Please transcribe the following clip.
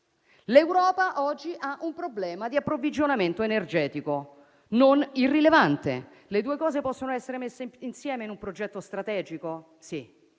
L'Europa oggi ha un problema di approvvigionamento energetico non irrilevante. Le due cose possono essere messe insieme in un progetto strategico?